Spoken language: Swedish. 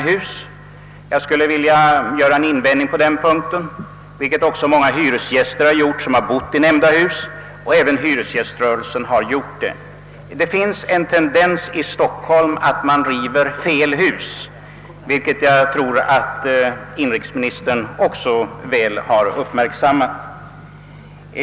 Jag vill på den punkten göra en invändning, som gjorts också av många hyresgäster som bott i dessa hus och som även gjorts av hyresgäströrelsen. Det finns en tendens i Stockholm att riva fel hus, något som jag tror att också inrikesministern väl har uppmärksammat.